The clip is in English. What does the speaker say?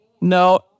No